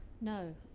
No